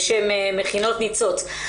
בשם מכינות ניצוץ,